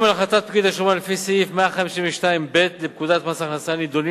על החלטת פקיד השומה לפי סעיף 152(ב) לפקודת מס הכנסה נדונים